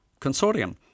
consortium